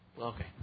Okay